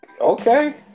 okay